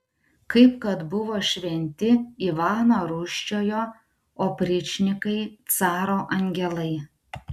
kaip kad buvo šventi ivano rūsčiojo opričnikai caro angelai